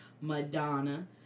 Madonna